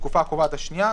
התקופה הקובעת השנייה,